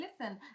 listen